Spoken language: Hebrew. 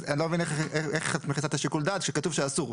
אז אני לא מבין איך את מכניסה את שיקול הדעת כשכתוב שאסור.